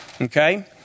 okay